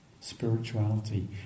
Spirituality